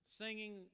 singing